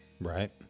Right